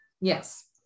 Yes